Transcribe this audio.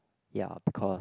ya because